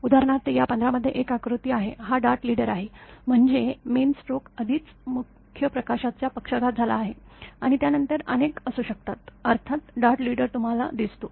उदाहरणार्थ या १५ मध्ये एक आकृती आहे हा डार्ट लीडर आहे म्हणजे मेन स्ट्रोक आधीच मुख्य प्रकाशाचा पक्षाघात झाला आहे आणि त्यानंतर अनेक असू शकतात अर्थातच डार्ट लीडरही तुम्हाला दिसतो